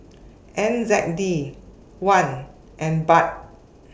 N Z K D one and Baht